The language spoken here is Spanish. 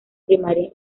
primaria